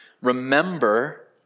remember